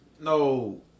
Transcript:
no